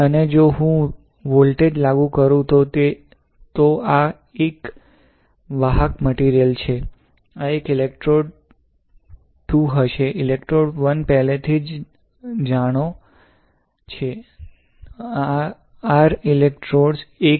અને હવે જો હું વોલ્ટેજ લાગુ કરું છું તો આ એક વાહક મટીરિયલ છે આ એક ઇલેક્ટ્રોડ 2 હશે ઇલેક્ટ્રોડ 1 પહેલેથી જ જાણે છે આ r ઇલેક્ટ્રોડ 1 છે